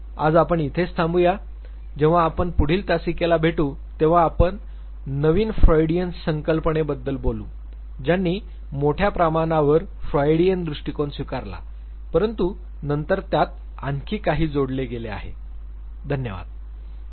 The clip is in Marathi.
आज आपण इथेच थाबुया जेव्हा आपण पुढील तासिकेला भेटू तेव्हा आपण नवीन फ्रॉईडियन्स संकल्पने बद्दल बोलू ज्यांनी मोठ्या प्रमाणावर फ्रॉईडियन दृष्टिकोन स्वीकारला परंतु नंतर त्यात आणखी काही जोडले गेले आहे